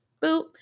boop